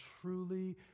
truly